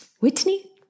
Whitney